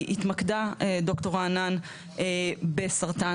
היא התמקדה ד"ר רענן בסרטן,